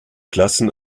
klassen